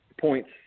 points